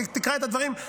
תקרא את הדברים,